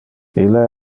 ille